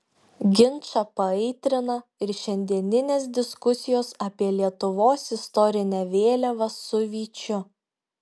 ginčą paaitrina ir šiandieninės diskusijos apie lietuvos istorinę vėliavą su vyčiu